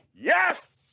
Yes